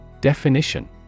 Definition